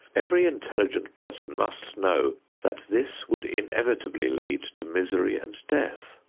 every intelligent person must know that this would inevitably lead to misery and death.